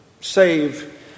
save